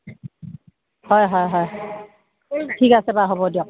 হয় হয় হয় ঠিক আছে বাৰু হ'ব দিয়ক